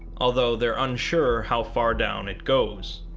although they're unsure how far down it goes.